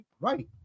right